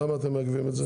למה אתם מעכבים את זה?